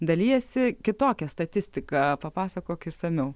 dalijasi kitokia statistika papasakok išsamiau